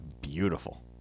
beautiful